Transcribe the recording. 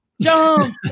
jump